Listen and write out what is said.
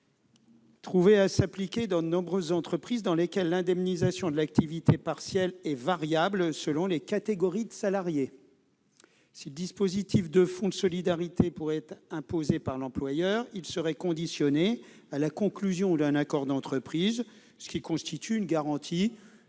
trouver à s'appliquer dans de nombreuses entreprises dans lesquelles l'indemnisation de l'activité partielle est variable selon les catégories de salariés. Le dispositif de fonds de solidarité pourrait être imposé par l'employeur, mais il serait conditionné à la conclusion d'un accord d'entreprise, ce qui constitue une garantie